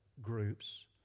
groups